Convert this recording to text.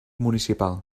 municipal